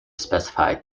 specify